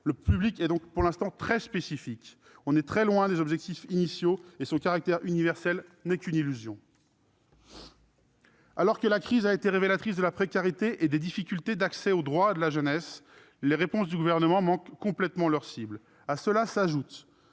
Le public est donc pour l'instant très spécifique. On est très loin des objectifs initiaux et son caractère universel n'est qu'une illusion. Alors que la crise a été révélatrice de la précarité et des difficultés d'accès aux droits de la jeunesse, les réponses du Gouvernement manquent complètement leur cible. À cela s'ajoute